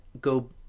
go